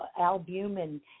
albumin